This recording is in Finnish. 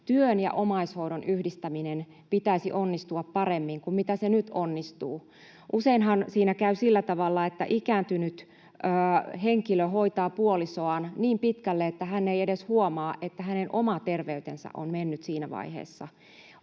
työn ja omaishoidon yhdistämisen pitäisi onnistua paremmin kuin se nyt onnistuu. Useinhan siinä käy sillä tavalla, että ikääntynyt henkilö hoitaa puolisoaan niin pitkälle, että hän ei edes huomaa, että hänen oma terveytensä on mennyt siinä vaiheessa.